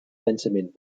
densament